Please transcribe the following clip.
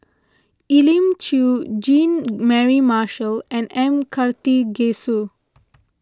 Elim Chew Jean Mary Marshall and M Karthigesu